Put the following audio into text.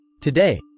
Today